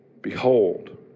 Behold